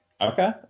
Okay